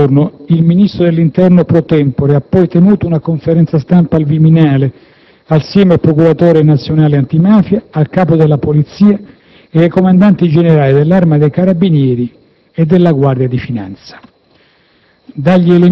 Lo stesso giorno, il Ministro dell'interno *pro tempore* ha poi tenuto una conferenza-stampa al Viminale assieme al Procuratore nazionale antimafia, al Capo della Polizia ed ai Comandanti generali dell'Arma dei carabinieri e della Guardia di finanza.